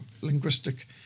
linguistic